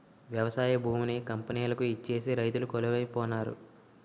వ్యవసాయ భూమిని కంపెనీలకు ఇచ్చేసి రైతులు కొలువై పోనారు